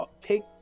take